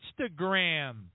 Instagram